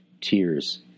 tears